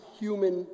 human